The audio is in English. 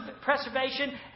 preservation